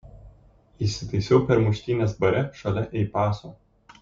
įsitaisiau per muštynes bare šalia ei paso